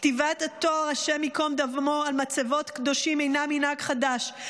כתיבת התואר השם ייקום דמו על מצבות קדושים אינה מנהג חדש,